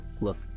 Look